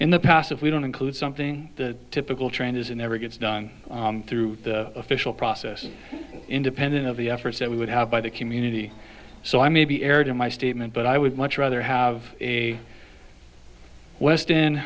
in the past if we don't include something the typical train isn't ever gets done through the official process independent of the efforts that we would have by the community so i may be aired in my statement but i would much rather have a westin